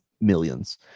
millions